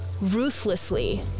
ruthlessly